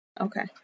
Okay